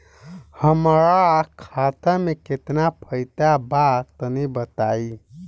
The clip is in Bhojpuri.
हमरा खाता मे केतना पईसा बा तनि बताईं?